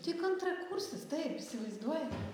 tik antrakursis taip įsivaizduojat